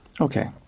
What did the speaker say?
Okay